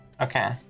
Okay